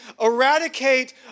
Eradicate